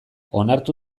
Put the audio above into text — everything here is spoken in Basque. onartu